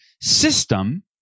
system